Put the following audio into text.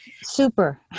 Super